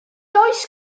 oes